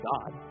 God